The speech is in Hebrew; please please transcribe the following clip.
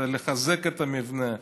לחזק את המבנה,